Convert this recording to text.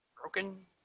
Broken